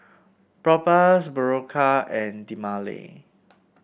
Propass Berocca and Dermale